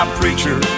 preacher